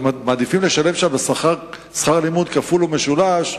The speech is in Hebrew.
מעדיפים לשלם שם שכר לימוד כפול ומשולש.